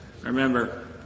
Remember